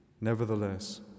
Nevertheless